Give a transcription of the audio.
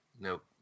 Nope